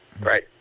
Right